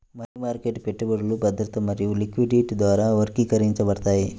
money market పెట్టుబడులు భద్రత మరియు లిక్విడిటీ ద్వారా వర్గీకరించబడతాయి